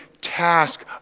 task